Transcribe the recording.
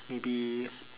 maybe